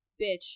bitch